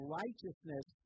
righteousness